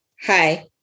Hi